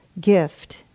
gift